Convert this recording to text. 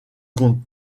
compte